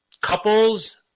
couples